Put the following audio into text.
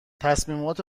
تصمیمات